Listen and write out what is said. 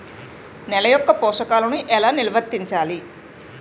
నెల యెక్క పోషకాలను ఎలా నిల్వర్తించాలి